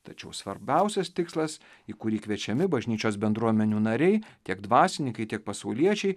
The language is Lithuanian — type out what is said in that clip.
tačiau svarbiausias tikslas į kurį kviečiami bažnyčios bendruomenių nariai tiek dvasininkai tiek pasauliečiai